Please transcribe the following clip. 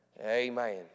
amen